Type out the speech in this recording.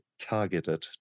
targeted